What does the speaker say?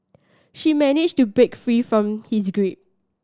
she managed to break free from his grip